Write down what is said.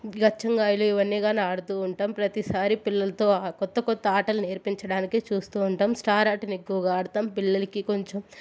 గచ్చంగాయలు ఇవన్నీ గానీ ఆడుతూ ఉంటాం ప్రతిసారి పిల్లలతో కొత్త కొత్త ఆటలు నేర్పించడానికే చూస్తూ ఉంటాం స్టార్ ఆటని ఎక్కువగా ఆడతం పిల్లలకి కొంచం